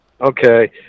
Okay